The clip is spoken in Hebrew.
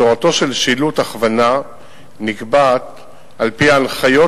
צורתו של שילוט הכוונה נקבעת על-פי ההנחיות